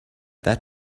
that